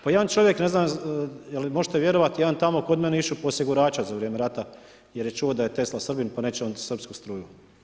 Pa jedan čovjek, ne znam je li možete vjerovati, jedan tamo kod mene išao je po osigurača za vrijeme rata jer je čuo da je Tesla Srbin, pa neće on srpsku struju.